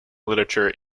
literature